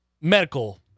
medical